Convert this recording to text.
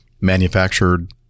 manufactured